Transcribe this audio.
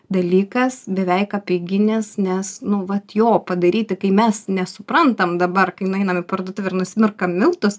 dalykas beveik apeiginis nes nu vat jo padaryti kai mes nesuprantam dabar kai nueinam į parduotuvę ir nusiperkam miltus